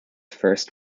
first